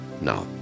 Now